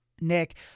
Nick